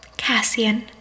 Cassian